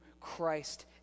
Christ